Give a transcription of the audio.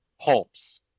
pulps